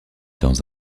dans